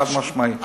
חד-משמעית.